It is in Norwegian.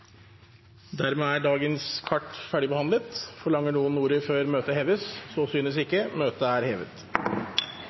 Dermed er dagens kart ferdigbehandlet. Forlanger noen ordet før møtet heves? – Møtet er hevet.